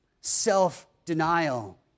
self-denial